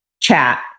chat